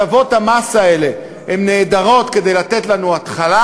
הטבות המס האלה הן נהדרות כדי לתת לנו התחלה,